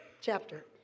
chapter